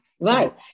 Right